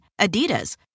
Adidas